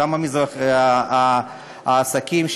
ואותם עסקים,